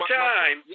time –